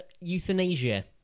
Euthanasia